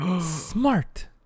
Smart